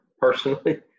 personally